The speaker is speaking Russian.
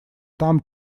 там